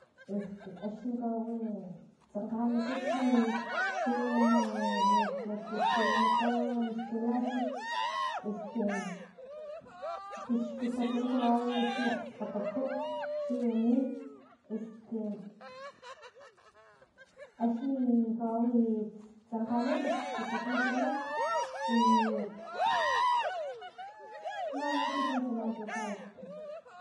Esta axni kawau tsankganikuxli chiwani na natuchilanikgo esta laxux este pus xkutaku kawawaxni lakgskgataku chiwani este axni kawawi tsankgani pus xkutaku ntsamalh i pus man u ekit tu tsama kalakgapas.